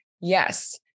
Yes